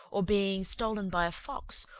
or being stolen by a fox,